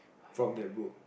from that book